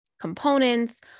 components